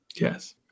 Yes